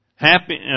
Happy